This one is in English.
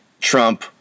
Trump